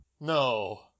No